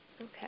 Okay